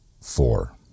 four